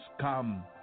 come